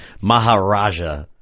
Maharaja